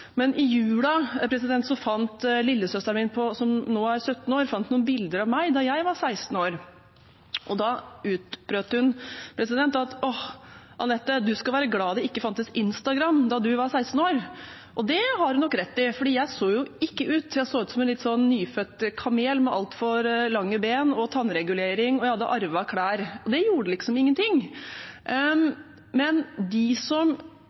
fant lillesøsteren min, som nå er 17 år, noen bilder av meg fra da jeg var 16 år, og da utbrøt hun: Anette, du skal være glad det ikke fantes Instagram da du var 16 år! Det har hun nok rett i, for jeg så jo ikke ut. Jeg så ut som en nyfødt kamel med altfor lange ben og tannregulering, og jeg hadde arvet klær, men det gjorde liksom ingen ting. De som